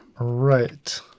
Right